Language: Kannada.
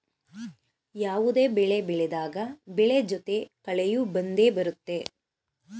ಯಾವುದೇ ಬೆಳೆ ಬೆಳೆದಾಗ ಬೆಳೆ ಜೊತೆ ಕಳೆಯೂ ಬಂದೆ ಬರುತ್ತೆ